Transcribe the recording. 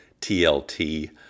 TLT